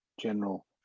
general